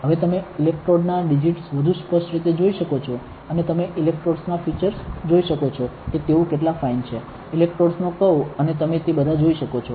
હવે તમે ઇલેક્ટ્રોડના ડિજિટ્સ વધુ સ્પષ્ટ રીતે જોઈ શકો છો અને તમે ઇલેક્ટ્રોડ્સ ના ફીચર્સ જોઈ શકો છો કે તેઓ કેટલા ફાઈન છે ઇલેક્ટ્રોડ્સ નો કર્વ અને તમે તે બધા જોઈ શકો છો